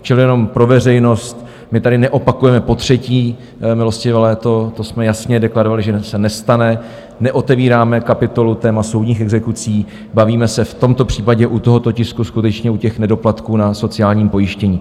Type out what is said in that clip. Čili jenom pro veřejnost, my tady neopakujeme potřetí milostivé léto, to jsme jasně deklarovali, že se nestane, neotevíráme kapitolu téma soudních exekucí, bavíme se v tomto případě u tohoto tisku skutečně o nedoplatcích na sociálním pojištění.